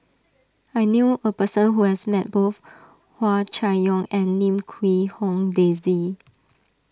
I knew a person who has met both Hua Chai Yong and Lim Quee Hong Daisy